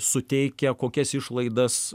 suteikia kokias išlaidas